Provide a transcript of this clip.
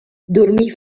dormir